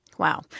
Wow